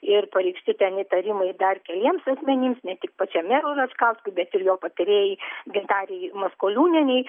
ir pareikšti ten įtarimai dar keliems asmenims ne tik pačiam merui račkauskui bet ir jo patarėjai gintarei maskoliūnienei